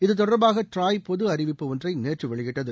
இது தொடர்பாக டிராய் பொது அறிவிப்பு ஒன்றை நேற்று வெளியிட்டது